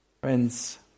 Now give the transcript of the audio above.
Friends